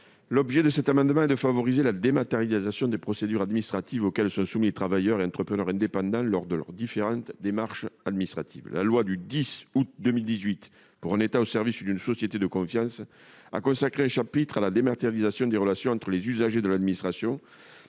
L'objet de cet amendement est de favoriser la dématérialisation des procédures administratives auxquelles sont soumis les travailleurs et entrepreneurs indépendants lors de leurs différentes démarches. La loi du 10 août 2018 pour un État au service d'une société de confiance, dite loi Essoc, consacre un chapitre à la dématérialisation des relations entre les usagers et l'administration-